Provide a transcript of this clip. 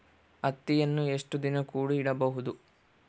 ಹತ್ತಿಯನ್ನು ಎಷ್ಟು ದಿನ ಕೂಡಿ ಇಡಬಹುದು?